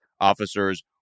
officers